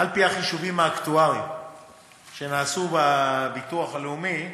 על-פי החישובים האקטואריים שנעשו בביטוח הלאומי,